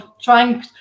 trying